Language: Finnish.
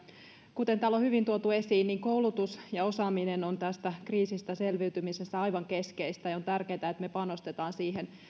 kuten täällä on hyvin tuotu esiin niin koulutus ja osaaminen on tästä kriisistä selviytymisessä aivan keskeistä ja on tärkeätä että me panostamme siihen